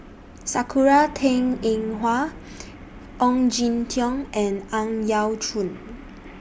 Sakura Teng Ying Hua Ong Jin Teong and Ang Yau Choon